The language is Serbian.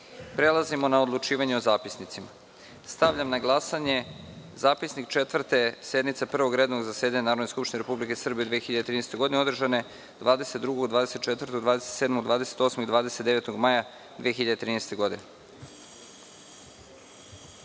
zapisnike. Prelazimo na odlučivanje o zapisnicima. Stavljam na glasanje Zapisnik Četvrte sednice Prvog redovnog zasedanja Narodne skupštine Republike Srbije u 2013. godini, održane 22, 24, 27, 28. i 29. maja 2013. godine. Molim